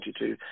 2022